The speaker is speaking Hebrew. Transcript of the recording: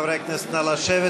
חברי הכנסת, נא לשבת.